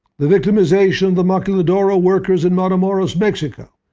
the victimization the maquiladora workers in matamoros mexico,